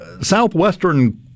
southwestern